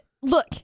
Look